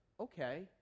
okay